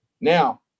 Now